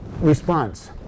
response